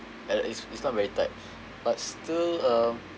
and it's it's not very tight but still um